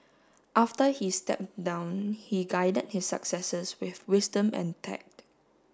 after he stepped down he guided his successors with wisdom and tact